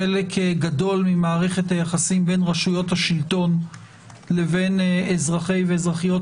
חלק גדול ממערכת היחסים בין רשויות השלטון לבין אזרחי ואזרחיות